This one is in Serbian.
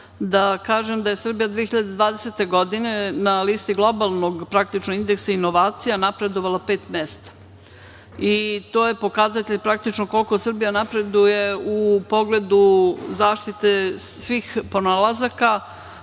da kažem da je Srbija 2020. godine na listi globalnog indeksa inovacija napredovala pet mesta. To je pokazatelj koliko Srbija napreduje u pogledu zaštite svih pronalazaka,